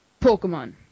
Pokemon